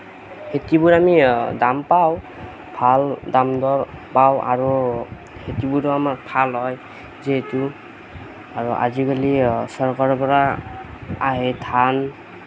খেতিবোৰ আমি দাম পাওঁ ভাল দাম দৰ পাওঁ আৰু খেতিবোৰো আমাৰ ভাল হয় যিহেতু আৰু আজিকালি চৰকাৰৰ পৰা আহে ধান